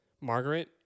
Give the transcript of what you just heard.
Margaret